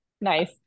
nice